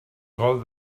col